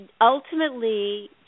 ultimately